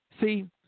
See